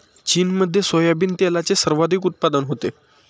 चीनमध्ये सोयाबीन तेलाचे सर्वाधिक उत्पादन होते